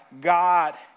God